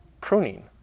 pruning